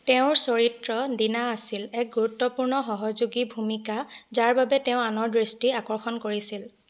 তেওঁৰ চৰিত্ৰ দীনা আছিল এক গুৰুত্বপূৰ্ণ সহযোগী ভূমিকা যাৰ বাবে তেওঁ আনৰ দৃষ্টি আকৰ্ষণ কৰিছিল